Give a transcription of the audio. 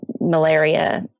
malaria